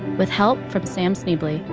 with help from sam schneble.